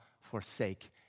forsake